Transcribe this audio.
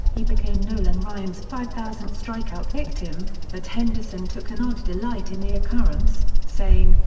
he became nolan ryan's five thousandth strikeout victim, but henderson took an odd delight in the occurrence, saying,